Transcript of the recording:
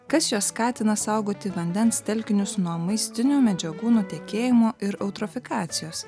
kas juos skatina saugoti vandens telkinius nuo maistinių medžiagų nutekėjimo ir eutrofikacijos